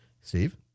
Steve